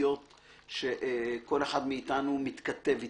בסיסיות שכל אחד מאיתנו מתכתב איתן.